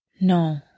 No